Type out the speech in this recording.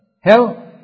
Hell